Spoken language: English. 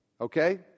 Okay